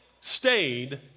stayed